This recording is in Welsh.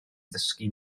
ddysgu